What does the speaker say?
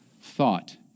Thought